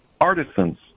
artisans